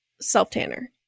self-tanner